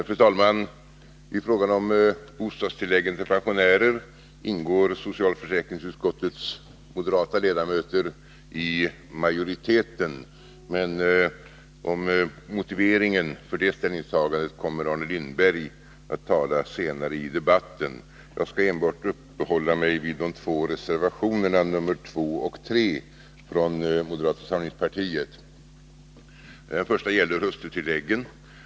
Fru talman! I fråga om bostadstillägg till pensionärer ingår socialförsäkringsutskottets moderata ledamöter i majoriteten, men om motiveringen för det ställningstagandet kommer Arne Lindberg att tala senare i debatten. Jag skäll enbart upphålla mig vid de båda moderata reservationerna 2 och 3. Den första reservationen gäller hustrutilläggen.